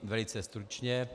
Velice stručně.